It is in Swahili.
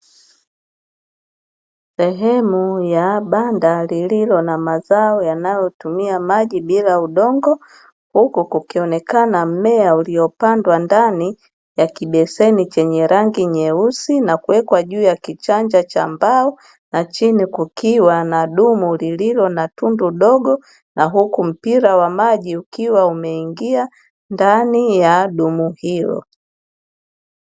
Sehemu ya banda lililo na mazao yanayotumia maji bila udongo, huku kukionekana mmea uliopandwa ndani ya kibeseni chenye rangi nyeusi na kuwekwa juu ya kichanja cha mbao, na chini kukiwa na dumu lililo na tundu dogo na huku mpira wa maji ukiwa umeingia ndani ya dumu hilo.